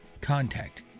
contact